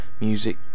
music